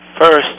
first